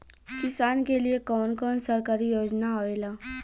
किसान के लिए कवन कवन सरकारी योजना आवेला?